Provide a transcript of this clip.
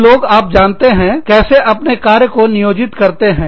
कुछ लोग आप जानते हैं कैसे अपने कार्य को नियोजित करते हैं